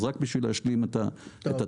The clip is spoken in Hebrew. זה רק בשביל להשלים את התמונה.